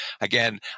again